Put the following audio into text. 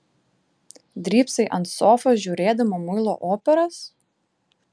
drybsai ant sofos žiūrėdama muilo operas